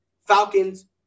Falcons